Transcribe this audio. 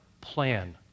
plan